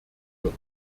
wird